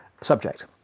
subject